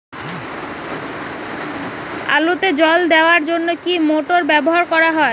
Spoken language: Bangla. আলুতে জল দেওয়ার জন্য কি মোটর ব্যবহার করা যায়?